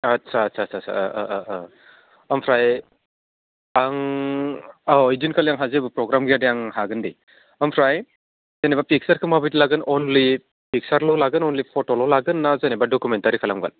आदसा आदसा आदसा साह आमफ्राय आं औ ओइदिनखालि आंहा जेबो पग्राम गैया दे आं हागोन दे आमफ्राय जेनेबा पिकसारखौ माबायदि लागोन अनलि पिकचारल' लागोन अनलि फट'ल' लागोन ना जेनेबा डकुमेनटारि खालामगोन